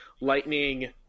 lightning